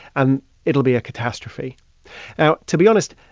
and it'll be a catastrophe now, to be honest,